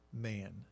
man